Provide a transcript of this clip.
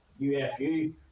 UFU